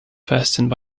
fastened